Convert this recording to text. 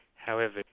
however,